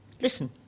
Listen